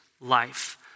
life